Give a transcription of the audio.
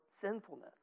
sinfulness